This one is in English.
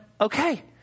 okay